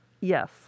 Yes